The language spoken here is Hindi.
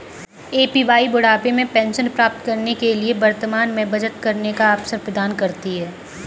ए.पी.वाई बुढ़ापे में पेंशन प्राप्त करने के लिए वर्तमान में बचत करने का अवसर प्रदान करती है